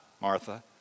Martha